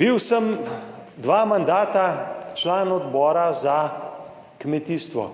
Bil sem dva mandata član Odbora za kmetijstvo.